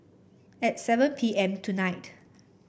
at seven P M tonight